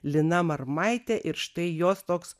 lina marmaitė ir štai jos toks